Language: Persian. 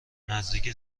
نزدیک